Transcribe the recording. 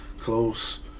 Close